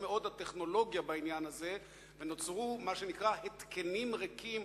מאוד-מאוד הטכנולוגיה בעניין הזה ונוצרו מה שנקרא התקנים ריקים,